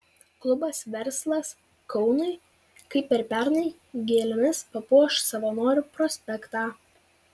klubas verslas kaunui kaip ir pernai gėlėmis papuoš savanorių prospektą